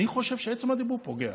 אני חושב שעצם הדיבור פוגע.